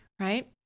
right